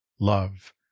love